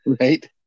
Right